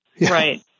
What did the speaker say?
Right